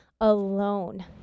alone